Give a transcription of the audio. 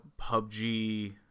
PUBG